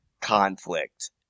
conflict